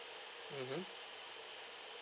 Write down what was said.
mmhmm